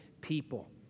people